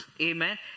Amen